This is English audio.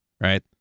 right